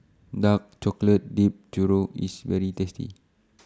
Dark Chocolate Dipped Churro IS very tasty